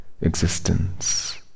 Existence